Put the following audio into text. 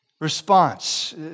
response